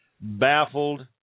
baffled